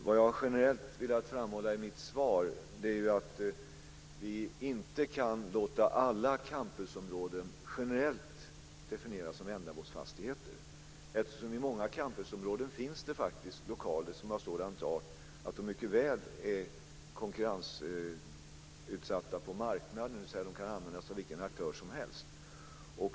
Vad jag generellt har velat framhålla i mitt svar är att vi inte kan låta alla campusområden generellt definieras som ändamålsfastigheter, eftersom det inom många campusområden faktiskt finns lokaler som är av sådan art att de mycket väl är konkurrensutsatta på marknaden, dvs. att de kan användas av vilken aktör som helst.